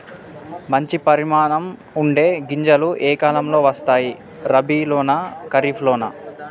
మంచి పరిమాణం ఉండే గింజలు ఏ కాలం లో వస్తాయి? రబీ లోనా? ఖరీఫ్ లోనా?